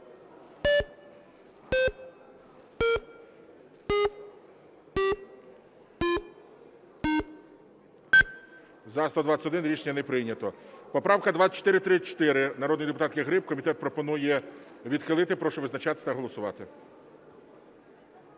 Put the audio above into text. За-121 Рішення не прийнято. Поправка 2434 народної депутатки Гриб. Комітет пропонує відхилити. Прошу визначатись та голосувати.